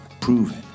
Proven